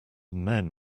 men